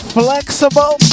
flexible